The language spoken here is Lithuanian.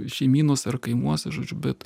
šeimynose ar kaimuose žodžiu bet